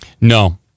No